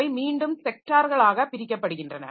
அவை மீண்டும் ஸெக்டார்களாக பிரிக்கப்படுகின்றன